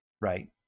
right